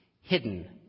hidden